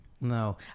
No